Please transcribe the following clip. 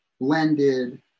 blended